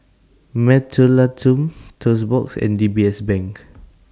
Mentholatum Toast Box and D B S Bank